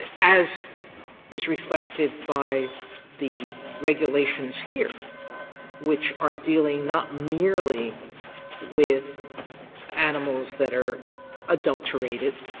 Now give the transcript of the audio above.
as is reflected by the regulations here which are dealing not merely with animals that are adulterated,